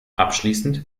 abschließend